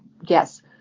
yes